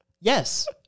yes